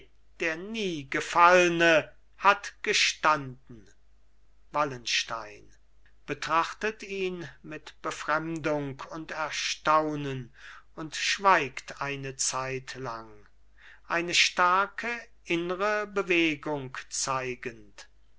der niegefallne hat gestanden wallenstein betrachtet ihn mit befremdung und erstaunen und schweigt eine zeitlang eine starke innre bewegung zeigend